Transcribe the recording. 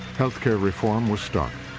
healthcare reform was stuck.